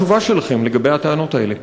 מה התשובה שלכם לגבי הטענות האלה?